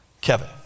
Kevin